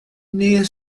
near